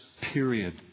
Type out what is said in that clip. period